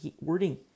wording